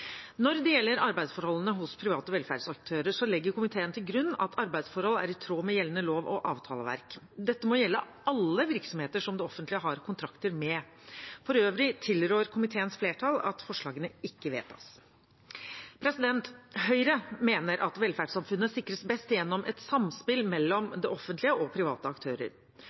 Når det gjelder arbeidsforholdene hos private velferdsaktører, legger komiteen til grunn at arbeidsforhold er i tråd med gjeldende lov- og avtaleverk. Dette må gjelde alle virksomheter som det offentlige har kontrakter med. For øvrig tilrår komiteens flertall at forslagene ikke vedtas. Høyre mener at velferdssamfunnet sikres best gjennom et samspill mellom det offentlige og private aktører.